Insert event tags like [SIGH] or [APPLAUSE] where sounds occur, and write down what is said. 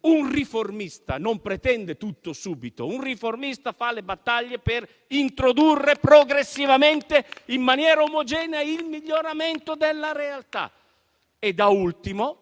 Un riformista non pretende tutto subito. Un riformista fa le battaglie per introdurre progressivamente, in maniera omogenea, il miglioramento della realtà. [APPLAUSE] Infine,